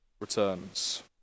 returns